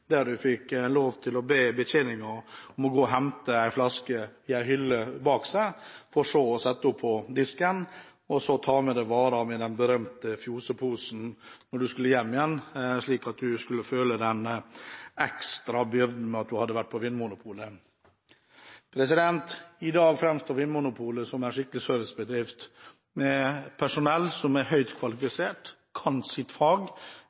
der man fikk lov til å be betjeningen om å gå og hente en flaske i en hylle bak seg før de satte den på disken, før man så kunne ta med seg varen i den berømte Fjoseposen når man skulle hjem igjen, slik at man skulle føle den ekstra byrden ved at man hadde vært på Vinmonopolet. I dag framstår Vinmonopolet som en skikkelig servicebedrift, med et høyt kvalifisert personell som kan sitt fag